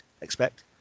expect